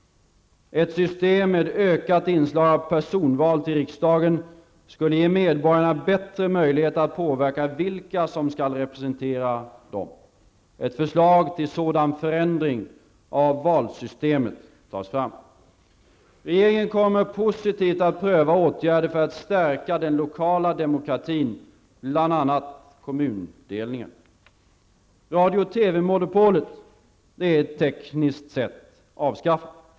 Ett system med ökat inslag av personval till riksdagen skulle ge medborgarna bättre möjligheter att påverka vilka som skall representera dem. Ett förslag till sådan förändring av valsystemet tas fram. Regeringen kommer positivt att pröva åtgärder för att stärka den lokala demokratin, bl.a. Radio och TV-monopolet är tekniskt sett avskaffat.